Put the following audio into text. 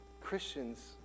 Christians